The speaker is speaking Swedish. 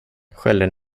skölden